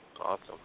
Awesome